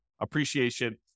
appreciation